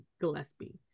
Gillespie